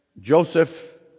Joseph